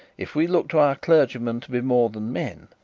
if we look to our clergymen to be more than men,